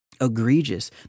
Egregious